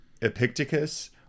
Epictetus